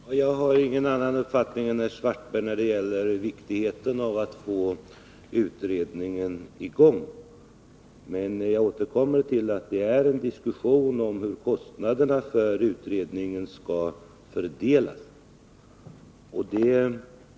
Herr talman! Jag har ingen annan uppfattning än Karl-Erik Svartberg när det gäller angelägenheten av att få den utredning det här gäller i gång. Men jag återkommer till att det är en diskussion om hur kostnaderna för utredningen skall fördelas.